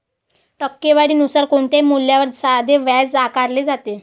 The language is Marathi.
टक्केवारी नुसार कोणत्याही मूल्यावर साधे व्याज आकारले जाते